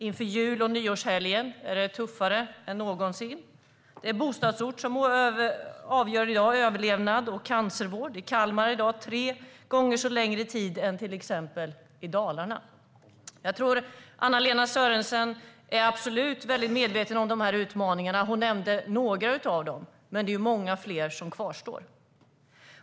Inför jul och nyårshelgen är det tuffare än någonsin. I dag avgör bostadsort överlevnad och cancervård. I Kalmar tar det i dag tre gånger längre tid att få vård än i till exempel Dalarna. Jag tror absolut att Anna-Lena Sörenson är väl medveten om utmaningarna. Hon nämnde några av dem, men många fler kvarstår.